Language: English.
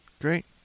Great